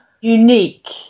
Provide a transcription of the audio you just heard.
unique